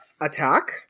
attack